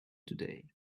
today